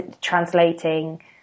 translating